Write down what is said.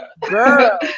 Girl